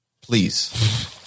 Please